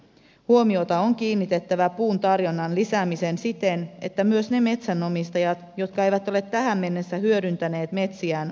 huomiota on kiinnitettävä puun tarjonnan lisäämiseen siten että myös ne metsänomistajat jotka eivät ole tähän mennessä hyödyntäneet metsiään aktivoituvat